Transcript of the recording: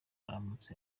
uramutse